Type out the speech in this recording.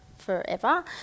forever